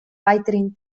weiterhin